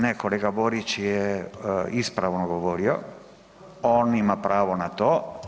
Ne kolega Borić je ispravno govorio, on ima pravo na to